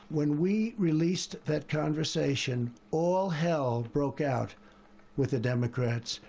when we released that conversation all hell broke out with the democrats.